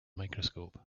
microscope